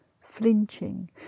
flinching